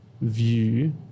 view